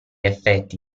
effetti